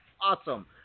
awesome